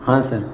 ہاں سر